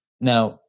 Now